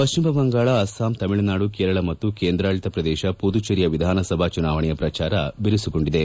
ಪಶ್ಚಿಮ ಬಂಗಾಳ ಅಸ್ಲಾಂ ತಮಿಳುನಾಡು ಕೇರಳ ಮತ್ತು ಕೇಂದ್ರಾಡಳಿತ ಪ್ರದೇಶ ಮದುಚೇರಿಯ ವಿಧಾನಸಭಾ ಚುನಾವಣೆಯ ಪ್ರಚಾರ ಬಿರುಸುಗೊಂಡಿದೆ